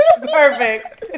perfect